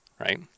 right